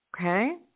Okay